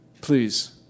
Please